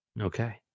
Okay